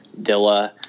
Dilla